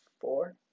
Four